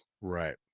Right